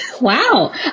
Wow